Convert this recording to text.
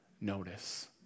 notice